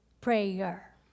prayer